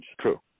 true